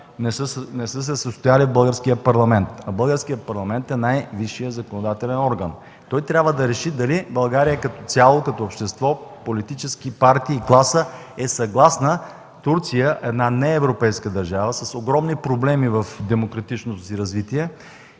не са се състояли в българския парламент. А българският парламент е най-висшият законодателен орган. Той трябва да реши дали България като цяло, като общество, политически партии и класа е съгласна Турция – една неевропейска държава с огромни проблеми в демократичното си развитие